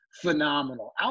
phenomenal